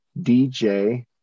DJ